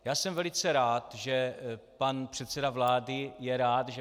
Já jsem velice rád, že pan předseda vlády je rád, že